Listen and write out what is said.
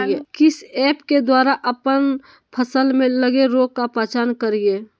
किस ऐप्स के द्वारा अप्पन फसल में लगे रोग का पहचान करिय?